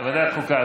ועדת חוקה.